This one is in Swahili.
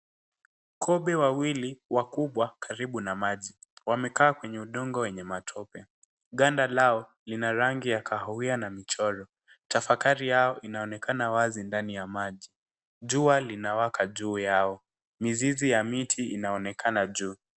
Kobe wawili wakubwa karibu na maji. Wamekaa kwenye udongo wenye matope. Ganda lao lina rangi ya kahawia na michoro. Tafakari yao inaonekana wazi ndani ya maji. Jua linawaka juu yao. Mizizi ya miti inaonekana juu.